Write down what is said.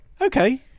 Okay